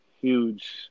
huge